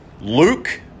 Luke